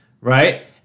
Right